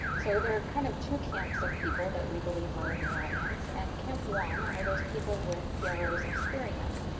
so there are kind of two camps of people that we believe are in the audience. and camp one are those people with pros experience.